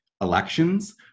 elections